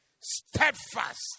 steadfast